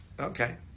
Okay